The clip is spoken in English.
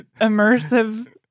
immersive